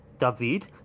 David